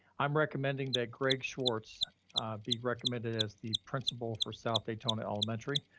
i'm recommending that greg schwartz be recommended as the principal for south daytona elementary.